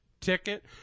ticket